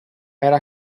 era